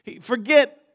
Forget